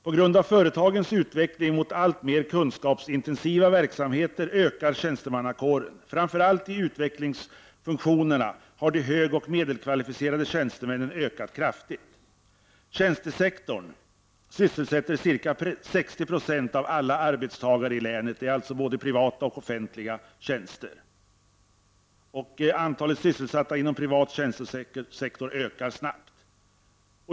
På grund av företagens utveckling mot alltmer kunskapsintensiva verksamheter ökar tjänstemannakåren. Framför allt i utvecklingsfunktionerna har de högoch medelkvalificerade tjänstemännen ökat kraftigt i antal. Tjänstesektorn sysselsätter ca 60 90 av alla arbetstagare i länet. Antalet sysselsatta inom privat tjänstesektor ökar snabbt.